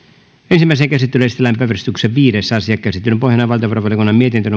ensimmäiseen käsittelyyn esitellään päiväjärjestyksen viides asia käsittelyn pohjana on valtiovarainvaliokunnan mietintö